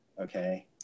okay